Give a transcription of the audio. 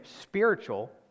spiritual